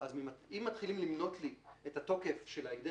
אז אם מתחילים למנות לי את התוקף של ההגדר